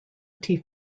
tea